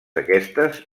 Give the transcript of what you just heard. aquestes